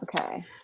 Okay